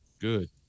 Good